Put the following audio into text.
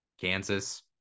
Kansas